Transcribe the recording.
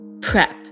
prep